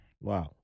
wow